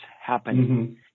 happening